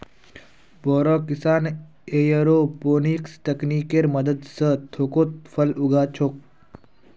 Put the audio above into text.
बोरो किसान एयरोपोनिक्स तकनीकेर मदद स थोकोत फल उगा छोक